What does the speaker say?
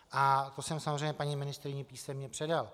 A to jsem samozřejmě paní ministryni písemně předal.